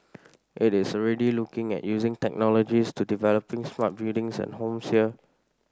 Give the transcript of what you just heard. it is already looking at using technologies to developing smart buildings and homes here